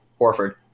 Horford